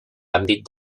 àmbit